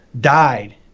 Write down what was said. died